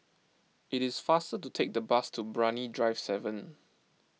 it is faster to take the bus to Brani Drive seven